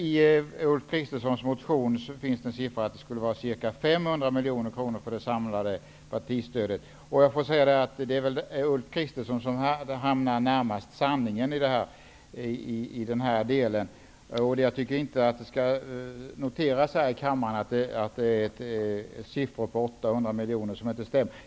I Ulf Kristerssons motion nämns siffran 500 miljoner för det samlade partistödet. Ulf Kristersson är den som har hamnat närmast sanningen. Jag tycker inte att man här i kammaren skall diskutera sådana siffror som 800 miljoner, eftersom de inte stämmer.